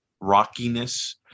rockiness